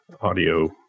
audio